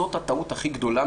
זאת הטעות הכי גדולה,